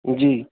ਜੀ